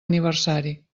aniversari